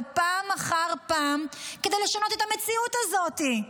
פעם אחר פעם כדי לשנות את המציאות הזאת.